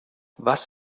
was